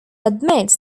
admits